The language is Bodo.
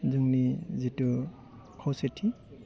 जोंनि जेथु खौसेथि